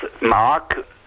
mark